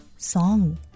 Song